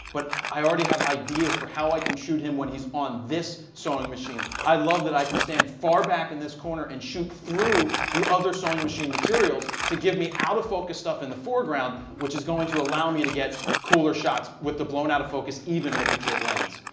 but i already have ideas for how i can shoot him when he is on this sewing machine. i love that. i can stand far back in this corner and shoot through the other sewing machine materials to give me out of focus stuff in the foreground, which is going to allow me to get cooler shots with the blown out of focus even with the kit lens.